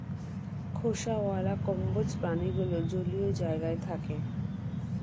খোসাওয়ালা কম্বোজ প্রাণীগুলো জলীয় জায়গায় থাকে